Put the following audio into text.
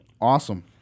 Awesome